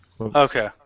Okay